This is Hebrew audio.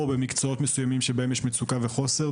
או במקצועות מסוימים שבהם יש מצוקה וחוסר?